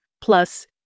plus